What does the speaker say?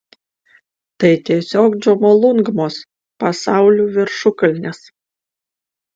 tai tiesiog džomolungmos pasaulio viršukalnės